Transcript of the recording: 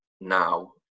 now